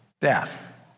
death